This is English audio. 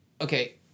Okay